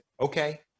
okay